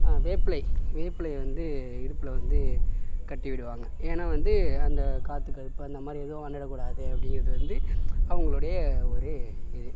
வேப்பிலை வேப்பிலை வந்து இடுப்பில் வந்து கட்டி விடுவாங்கள் ஏன்னா வந்து அந்த காற்று கருப்பு அந்த மாதிரி எதுவும் அண்டிவிட கூடாது அப்படிங்கிறது வந்து அவங்களுடைய ஒரு இது